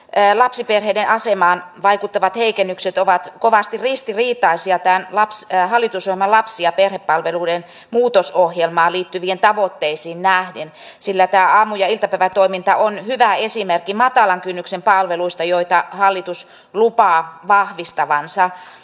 lapsiperheiden asemaan vaikuttavat heikennykset ovat kovasti ristiriitaisia tämän hallitusohjelman lapsi ja perhepalveluiden muutosohjelmaan liittyviin tavoitteisiin nähden sillä tämä aamu ja iltapäivätoiminta on hyvä esimerkki matalan kynnyksen palveluista joita hallitus lupaa vahvistavansa